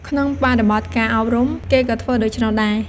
ក្នុងបរិបទការអប់រំ គេក៏ធ្វើដូច្នោះដែរ។